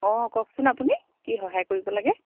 অঁ কওকচোন আপুনি কি সহায় কৰিব লাগে